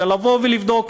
אלא לבוא ולבדוק,